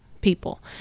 people